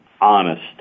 honest